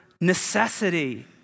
necessity